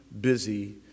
busy